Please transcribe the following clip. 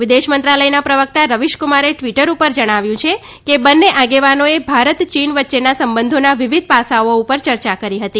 વિદેશ મંત્રાલયના પ્રવક્તા રવિશકુમારે ટ઼વીટર ઉપર જણાવ્યું છે કે બંને આગેવાનોએ ભારત ચીન વચ્ચેના સંબંધોના વિવિધ પાસાઓ ઉપર યર્યા કરી હતી